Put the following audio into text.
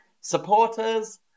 Supporters